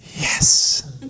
yes